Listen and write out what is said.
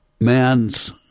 man's